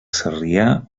sarrià